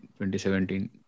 2017